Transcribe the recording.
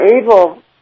able